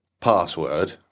password